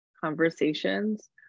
conversations